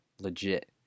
legit